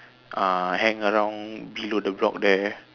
uh hang around below the block there